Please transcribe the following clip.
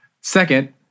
Second